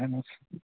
اَہَن حظ